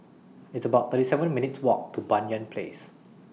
It's about thirty seven minutes' Walk to Banyan Place